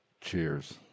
Cheers